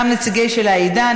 גם נציגי העדה,